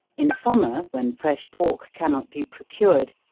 in summer, when fresh pork cannot be procured,